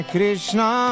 Krishna